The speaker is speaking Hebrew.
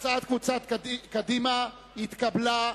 שהצעת קבוצת קדימה נתקבלה.